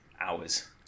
hours